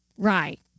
Right